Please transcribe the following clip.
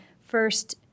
first-